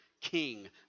King